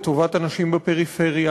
לטובת אנשים בפריפריה,